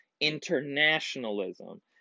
internationalism